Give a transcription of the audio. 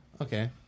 Okay